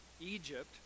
Egypt